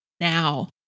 Now